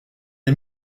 est